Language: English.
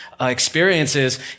experiences